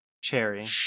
cherry